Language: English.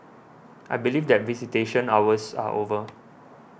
I believe that visitation hours are over